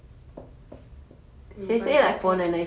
this [one] cheapest ah